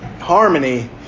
harmony